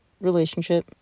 relationship